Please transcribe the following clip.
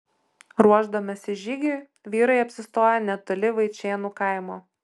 ruošdamiesi žygiui vyrai apsistojo netoli vaičėnų kaimo